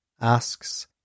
asks